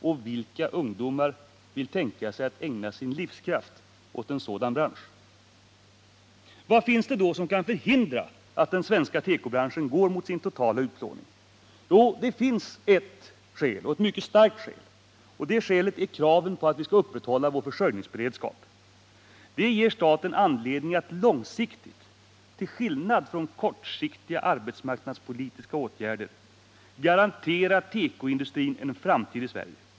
Och vilka ungdomar vill tänka sig att ägna sin livskraft åt en sådan bransch? Vad finns det då som kan förhindra att den svenska tekobranschen går mot sin totala utplåning? Det finns ett mycket starkt skäl, och det är kraven på att vi skall upprätthålla vår försörjningsberedskap. Det ger staten anledning att långsiktigt, till skillnad från kortsiktiga arbetsmarknadspolitiska åtgärder, garantera tekoindustrin en framtid i Sverige.